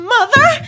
Mother